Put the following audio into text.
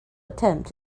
attempt